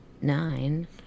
nine